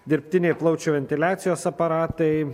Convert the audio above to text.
dirbtiniai plaučių ventiliacijos aparatai